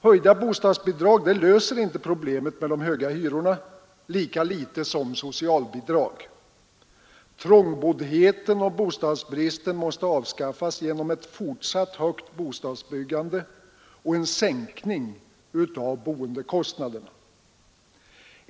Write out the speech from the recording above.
Höjda bostadsbidrag löser inte problemet med de höga hyrorna, lika litet som socialbidrag. Trångboddheten och bostadsbristen måste avskaffas genom ett fortsatt högt bostadsbyggande och en sänkning av boendekostnaderna.